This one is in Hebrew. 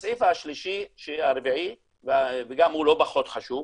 הסעיף הרביעי וגם הוא לא פחות חשוב,